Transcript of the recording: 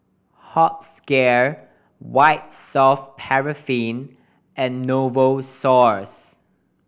hospicare White Soft Paraffin and Novosource